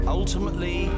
ultimately